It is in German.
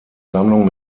sammlung